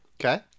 Okay